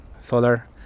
solar